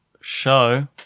show